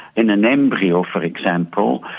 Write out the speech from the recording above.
in an embryo for example,